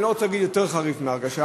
אני לא רוצה להגיד משהו יותר חריף מהרגשה,